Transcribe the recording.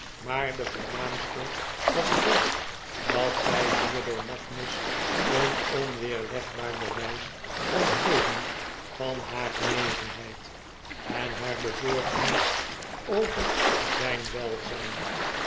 maar de voornaamste was wel dat zij hierdoor magnus een onweerlegbaar bewijs kon geven van haar genegenheid en haar b'ezorgdheid over zijn welzijn